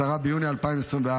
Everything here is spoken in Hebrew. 10 ביוני 2024,